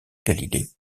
galilée